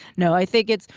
no, i think it's,